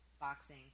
boxing